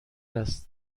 است